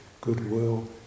goodwill